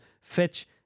Fetch